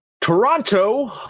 Toronto